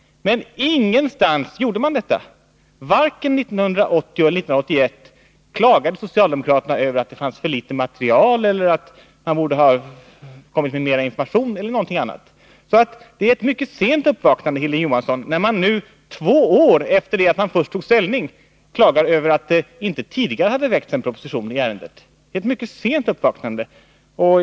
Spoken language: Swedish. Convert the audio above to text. Men ingenstans gjorde man detta. Varken 1980 eller 1981 klagade socialdemokraterna över att det fanns för litet material eller att regeringen borde ha kommit med mer information. Det är ett mycket sent uppvaknande, Hilding Johansson, när man två år efter det första ställningstagandet klagar över att det inte tidigare väckts en proposition i ärendet.